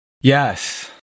Yes